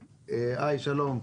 שלום.